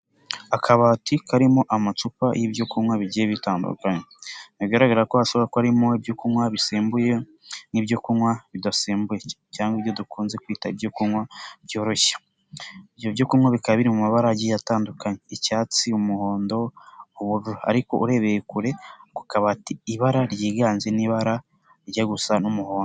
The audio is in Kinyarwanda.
Akabati karimo amacupa y'ibyo kunywa bigiye bitandukanye bigaragara ko hashobora kuba harimo ibyo kunywa bisembuye n'ibyo kunywa bisambuye cyangwa ibyo dukunze kwita ibyo kunywa byoroshye, ibyo byo kunywa bikaba biri mu mabara agiye atandukanye, icyatsi, umuhondo, ubururu, ariko urebeye kure ku kabati ibara ryiganje ni ibara rijya gusa n'umuhondo.